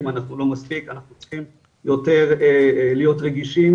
אם אנחנו לא מספיק צריכים יותר להיות רגישים,